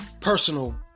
personal